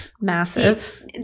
massive